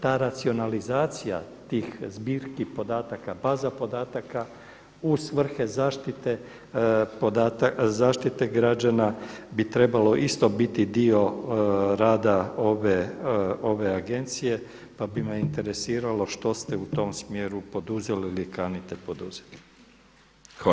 Ta racionalizacija tih zbirki podataka, baza podataka u svrhe zaštite građana bi trebalo isto biti dio rada ove agencije, pa bi me interesiralo što ste u tom smjeru poduzeli ili kanite poduzeti.